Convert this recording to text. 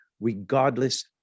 regardless